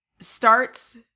starts